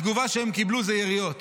התגובה שהם קיבלו היא יריות.